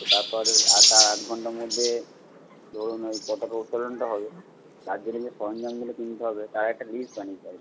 তো তারপর আসার আধঘণ্টার মধ্যে ধরুন ওই পতাকা উত্তোলনটা হবে তার জন্যে যে সরঞ্জামগুলো কিনতে হবে তার একটা লিস্ট বানিয়েছি আর কি